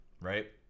right